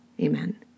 Amen